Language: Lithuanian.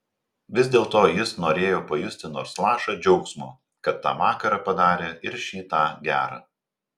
vis dėlto jis norėjo pajusti nors lašą džiaugsmo kad tą vakarą padarė ir šį tą gera